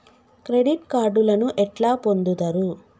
Credit కార్డులను ఎట్లా పొందుతరు?